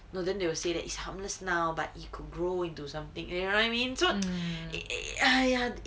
no then they will say that is harmless now but you could grow into something there I mean so !aiya!